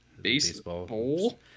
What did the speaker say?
Baseball